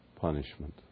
punishment